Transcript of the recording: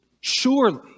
Surely